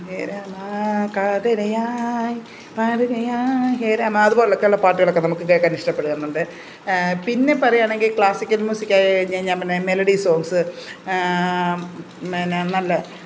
ഹേ രാമാ കാതരയായ് പാതിരയായ് ഹേരാമാ അതുപോലെയൊക്കെയുള്ള പാട്ടുകളൊക്കെ നമുക്ക് കേൾക്കാൻ ഇഷ്ടപ്പെടുകുന്നുണ്ട് പിന്നെ പറയുകയാണെങ്കിൽ ക്ലാസിക്കൽ മ്യൂസിക്ക് ആയിക്കഴിഞ്ഞാൽ ഞാൻ പറയാം മെലഡി സോങ്ങ്സ് പിന്നെ നല്ല